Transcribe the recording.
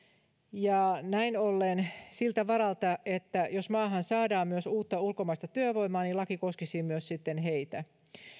ja näin ollen siltä varalta että maahan saadaan myös uutta ulkomaista työvoimaa laki koskisi myös sitten heitä